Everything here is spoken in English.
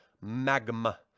magma